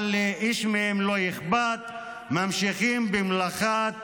אבל לאיש מהם לא אכפת, ממשיכים במלאכת